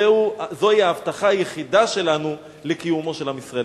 זוהי ההבטחה היחידה שלנו לקיומו של עם ישראל.